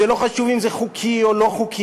זה לא חשוב אם זה חוקי או לא חוקי,